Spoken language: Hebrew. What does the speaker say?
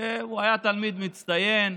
שהיה תלמיד מצטיין,